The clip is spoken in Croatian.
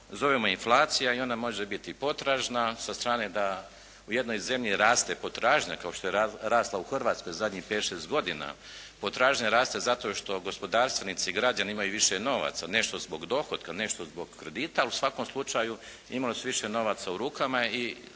zovemo inflacija i ona može biti potražna sa strane da u jednoj zemlji raste potražnja, kao što je rasla u Hrvatskoj u zadnjih 5, 6 godina, potražnja raste zato što gospodarstvenici, građani imaju više novaca, nešto zbog dohotka, nešto zbog kredita. U svakom slučaju imali su više novaca u rukama i